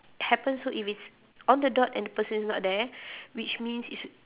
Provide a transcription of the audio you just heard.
happens so if it's on the dot and the person is not there which means it's